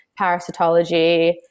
parasitology